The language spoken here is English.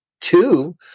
Two